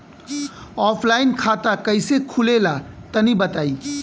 Offline खाता कइसे खुले ला तनि बताई?